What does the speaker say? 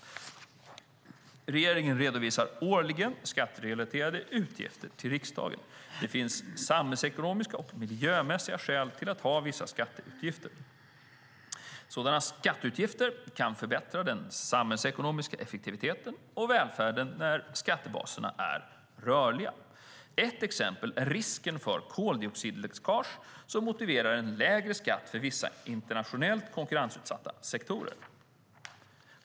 Regeringen redovisar årligen skatterelaterade utgifter till riksdagen. Det finns samhällsekonomiska och miljömässiga skäl till att ha vissa skatteutgifter. Sådana skatteutgifter kan förbättra den samhällsekonomiska effektiviteten och välfärden när skattebaserna är rörliga. Ett exempel är risken för koldioxidläckage som motiverar en lägre skatt för vissa internationellt konkurrensutsatta sektorer.